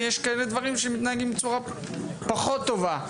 ויש דברים שמתנהלים בצורה פחות טובה.